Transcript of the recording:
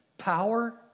power